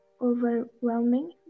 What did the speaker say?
overwhelming